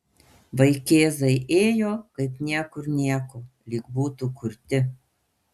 vaikėzai ėjo kaip niekur nieko lyg būtų kurti